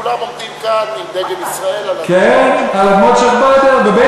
כולם עומדים כאן עם דגל ישראל על אדמות שיח'-באדר.